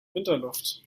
winterluft